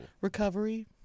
Recovery